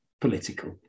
political